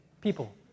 people